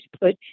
put